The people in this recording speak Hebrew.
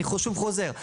אני חוזר,